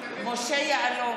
משה יעלון,